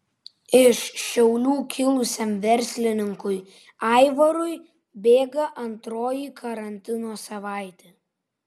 iš šiaulių kilusiam verslininkui aivarui bėga antroji karantino savaitė